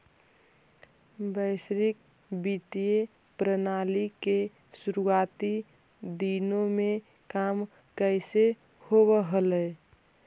वैश्विक वित्तीय प्रणाली के शुरुआती दिनों में काम कैसे होवअ हलइ